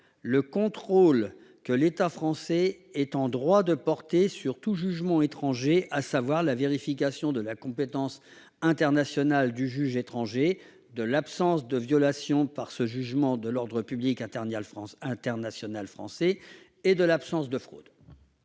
le contrôle que l'État français est en droit d'exercer sur tout jugement étranger, à savoir la vérification de la compétence internationale du juge étranger, de l'absence de violation, par ce jugement, de l'ordre public international français et de l'absence de fraude.